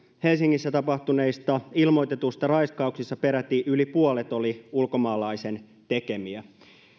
helsingissä tapahtuneista ilmoitetuista raiskauksista peräti yli puolet oli ulkomaalaisen tekemiä